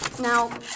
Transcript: Now